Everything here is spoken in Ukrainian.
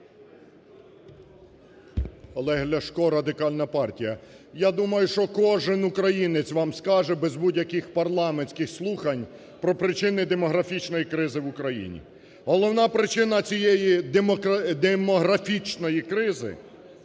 Олег Ляшко, Радикальна партія. Я думаю, що кожен українець вам скаже без будь-яких парламентських слухань про причини демографічної кризи в Україні. Головна причина цієї демографічної кризи